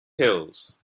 hills